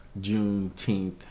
Juneteenth